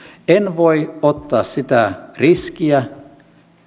en voi ottaa sitä riskiä